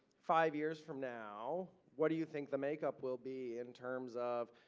five years from now, what do you think the makeup will be in terms of